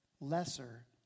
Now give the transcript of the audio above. lesser